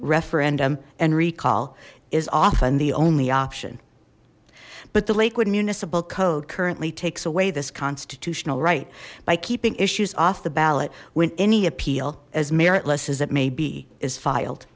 referendum and recall is often the only option but the lakewood municipal code currently takes away this constitutional right by keeping issues off the ballot when any appeal as meritless as it may be is filed